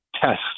test